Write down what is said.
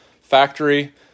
factory